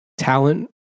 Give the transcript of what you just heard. Talent